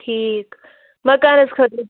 ٹھیٖک مکانَس خٲطرٕ